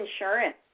insurance